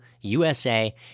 USA